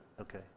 okay